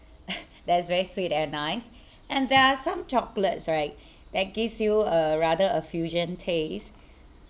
that's very sweet and nice and there are some chocolates right that gives you a rather a fusion taste